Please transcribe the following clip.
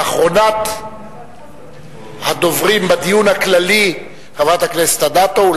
אחרונת הדוברים בדיון הכללי היא חברת הכנסת אדטו.